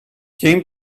came